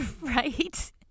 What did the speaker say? Right